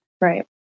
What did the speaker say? Right